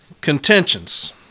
Contentions